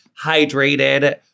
hydrated